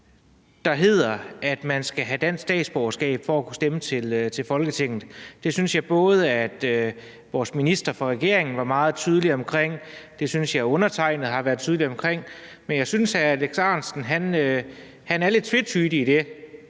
der hedder, at man skal have dansk statsborgerskab for at kunne stemme til Folketinget? Det synes jeg både vores minister fra regeringen var meget tydelig omkring og undertegnede har været tydelig omkring, men jeg synes, at hr. Alex Ahrendtsen er lidt tvetydig i det.